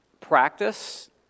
practice